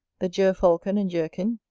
the gerfalcon and jerkin,